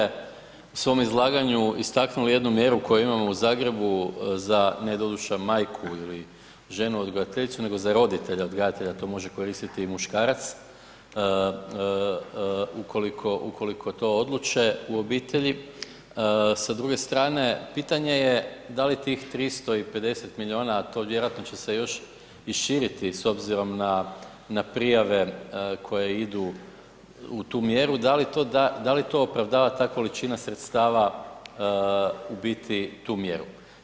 Kolega Čeliću, vi ste u svom izlaganju istaknuli jednu mjeru koju imamo u Zagrebu za ... majku ili ženu odgajateljicu, nego za roditelja odgajatelja, to može koristiti i muškarac ukoliko to odluče u obitelji, sa druge strane pitanje je da li tih 350 milijuna, a to vjerojatno će se još i širiti s obzirom na, na prijave koje idu u tu mjeru, da li to opravdava ta količina sredstava, u biti, tu mjeru.